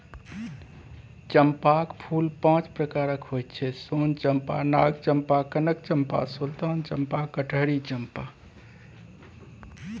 चंपाक फूल पांच प्रकारक होइ छै सोन चंपा, नाग चंपा, कनक चंपा, सुल्तान चंपा, कटहरी चंपा